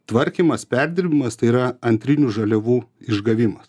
tvarkymas perdirbimas tai yra antrinių žaliavų išgavimas